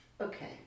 okay